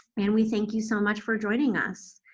and we thank you so much for joining us.